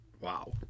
wow